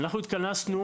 התכנסנו.